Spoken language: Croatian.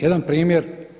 Jedan primjer.